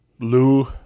Lou